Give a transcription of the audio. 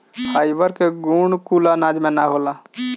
fibre के गुण कुल अनाज में ना होला